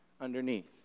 underneath